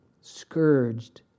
scourged